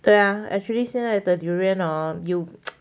对啊 actually 现在的 durian ah 有